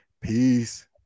Peace